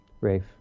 rafe